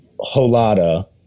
holada